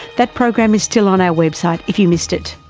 that program is still on our website if you missed it.